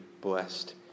blessed